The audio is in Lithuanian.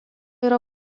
yra